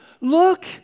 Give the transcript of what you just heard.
Look